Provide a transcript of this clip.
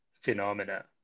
phenomena